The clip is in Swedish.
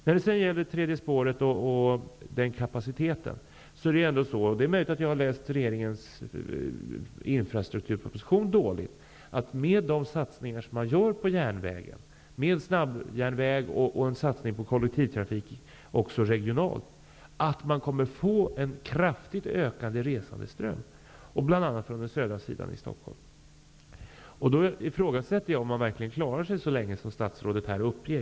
När det sedan gäller kapaciteten och det tredje spåret är det ändå så -- det är möjligt att jag har läst regeringens infrastrukturproposition dåligt -- att man med de satsningar som görs på järnvägen, det handlar då om en snabbjärnväg och en satsning på kollektivtrafiken också regionalt, får en kraftigt ökande resandeström bl.a. från södra sidan av Stockholm. Jag ifrågasätter om man då klarar sig så länge som statsrådet här uppger.